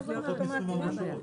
זה צריך להיות אוטומטי, מה הבעיה?